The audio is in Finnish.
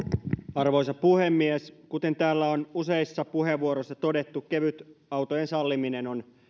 arvoisa puhemies kuten täällä on useissa puheenvuoroissa todettu kevytautojen salliminen on